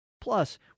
Plus